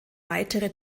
weitere